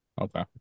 Okay